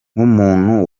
nk’umuntu